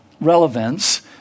relevance